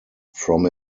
from